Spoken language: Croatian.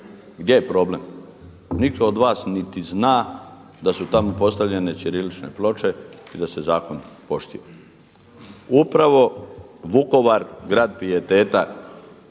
Gdje je problem? Nitko od vas niti zna da su tamo postavljene ćirilične ploče i da se zakon poštiva. Upravo Vukovar grad pijeteta